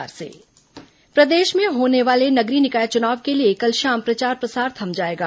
नगरीय निकाय चुनाव प्रदेश में होने वाले नगरीय निकाय चुनाव के लिए कल शाम प्रचार प्रसार थम जाएगा